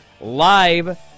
Live